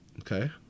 okay